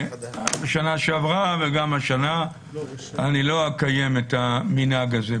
שנה שעברה וגם השנה אני לא אקיים את המנהג הזה.